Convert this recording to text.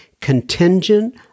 contingent